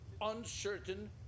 uncertain